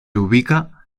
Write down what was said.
ubica